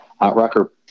Rucker